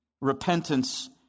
repentance